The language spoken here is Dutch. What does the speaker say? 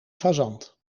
fazant